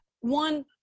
one